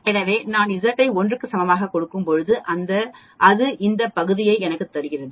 எனவே நான் Z ஐ 1 க்கு சமமாகக் கொடுக்கும்போது அது இந்த பகுதியை எனக்குத் தருகிறது